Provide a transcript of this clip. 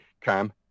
Cam